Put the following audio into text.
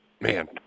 Man